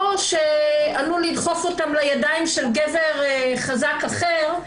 או שעלול לדחוף אותן לידיים של גבר חזק אחר,